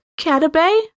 Catabay